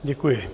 Děkuji.